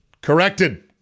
Corrected